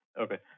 Okay